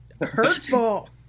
hurtful